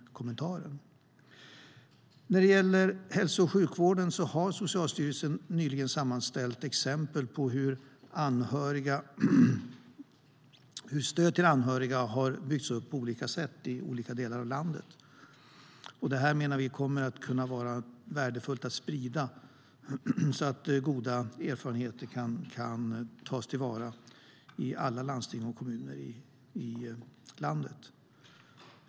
När det gäller hälso och sjukvården har Socialstyrelsen nyligen sammanställt exempel på hur stödet till anhöriga har byggts upp på olika sätt i olika delar av landet. Detta kommer att vara värdefullt att sprida, så att goda erfarenheter kan tas till vara i landets alla landsting och kommuner.